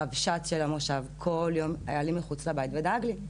הרבש"צ של המושב היה כל יום מחוץ לבית ודאג לי.